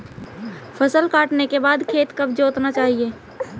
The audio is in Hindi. फसल काटने के बाद खेत कब जोतना चाहिये?